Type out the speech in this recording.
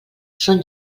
són